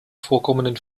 vorkommenden